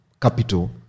capital